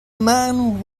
man